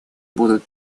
будут